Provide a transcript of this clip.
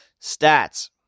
stats